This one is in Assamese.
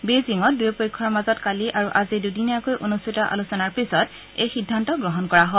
বেইজিঙত দুয়ো পক্ষৰ মাজত কালি আৰু আজি দুদিনীয়াকৈ অনুষ্ঠিত আলোচনাৰ পিছত এই সিদ্ধান্ত গ্ৰহণ কৰা হয়